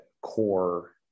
core